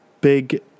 big